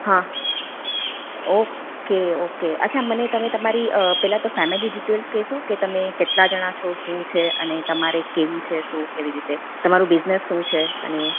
હા okay okay અચ્છા મને તમે તમારી પહેલા તો ફેમિલી ડિટેલ્સ કહેશો કે તમે કેટલા જણા છો શું છે અને તમારે કહેવું છે શું એવી રીતે તમારું બિઝનેસ શું છે અને